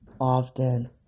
often